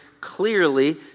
clearly